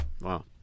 wow